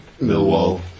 Millwall